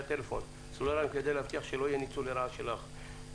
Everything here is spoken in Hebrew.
טלפון סלולרי כדי להבטיח שלא יהיה ניצול לרעה של ההחלטות.